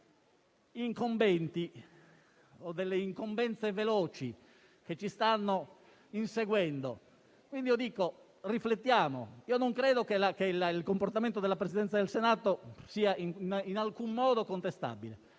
che abbiamo delle incombenze veloci che ci stanno inseguendo. Riflettiamo, dunque. Non credo che il comportamento della Presidenza del Senato sia in alcun modo contestabile: